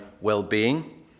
well-being